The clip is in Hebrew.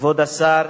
כבוד השר,